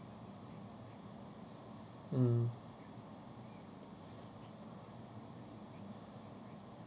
mm